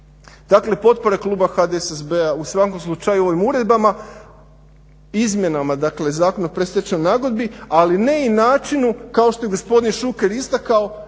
Dakle potpora kluba HDSSB-a u svakom slučaju ovim uredbama izmjenama Zakona o predstečajnoj nagodbi, ali ne i načinu kao što je gospodin Šuker istakao